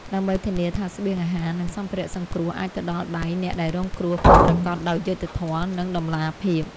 ដើម្បីធានាថាស្បៀងអាហារ និងសម្ភារៈសង្គ្រោះអាចទៅដល់ដៃអ្នកដែលរងគ្រោះពិតប្រាកដដោយយុត្តិធម៌ និងតម្លាភាព។